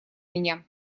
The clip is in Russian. меня